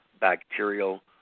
bacterial